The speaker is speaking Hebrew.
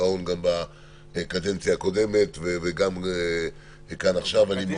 הפירעון גם בקדנציה הקודמת וגם כאן עכשיו.